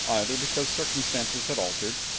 either because circumstances had altered,